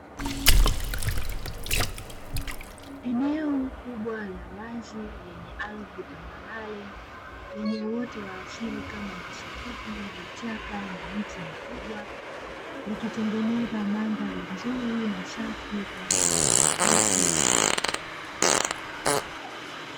Eneo kubwa la wazi lenye ardhi tambarare lenye uoto wa asili kama nyasi fupi, vichaka na miti mikubwa; likitengeneza mandhari nzuri na safi kwa ajili ya makazi ya watu.